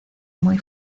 muy